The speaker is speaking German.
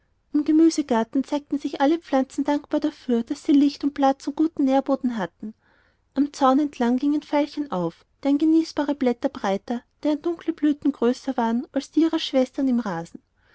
im gemüsegarten zeigten sich alle pflanzen dankbar dafür daß sie licht platz und guten nährboden hatten am zaun entlang gingen veilchen auf deren genießbare blätter breiter deren dunkle blüten größer waren als die ihrer schwestern im rasen